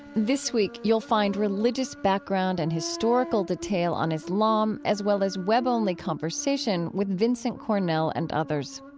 this week, you'll find religious background and historical detail on islam, as well as web-only conversation with vincent cornell and others.